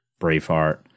Braveheart